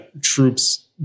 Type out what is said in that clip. troops